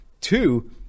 Two